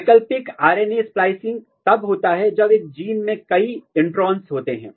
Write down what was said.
वैकल्पिक RNA splicing तब होता है जब एक जीन में कई इंट्रोन्स होते हैं